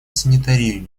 санитарию